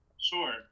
Sure